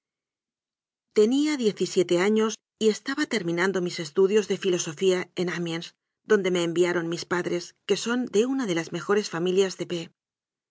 y siete años y estaba terminandomis estudios de filosofía en amiens donde me enviaron mis padres que son de una de las me jores familias de